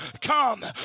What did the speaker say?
come